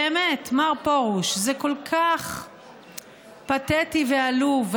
באמת, מר פרוש, זה כל כך פתטי ועלוב.